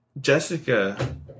Jessica